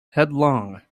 headlong